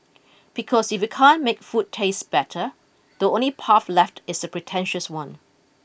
because if you can't make food taste better the only path left is the pretentious one